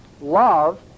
love